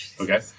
Okay